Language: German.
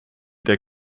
der